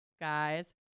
guys